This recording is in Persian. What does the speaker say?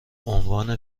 عنوان